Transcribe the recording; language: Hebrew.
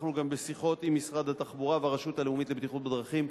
אנחנו גם בשיחות עם משרד התחבורה והרשות הלאומית לבטיחות בדרכים.